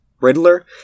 Riddler